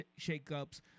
shakeups